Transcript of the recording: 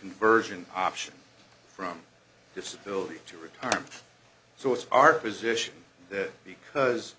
conversion option from disability to retirement so it's our position that because